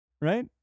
Right